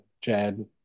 Chad